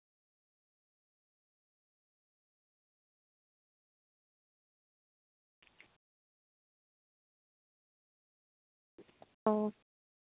ᱚ